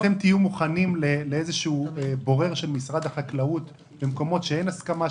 אתם תהיו מוכנים לאיזשהו בורר של משרד החקלאות במקומות שאין הסכמה,